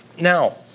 Now